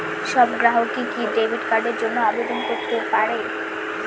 সব গ্রাহকই কি ডেবিট কার্ডের জন্য আবেদন করতে পারে?